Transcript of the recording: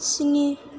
स्नि